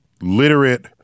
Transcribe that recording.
literate